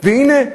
והנה,